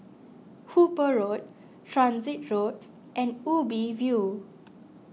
Hooper Road Transit Road and Ubi View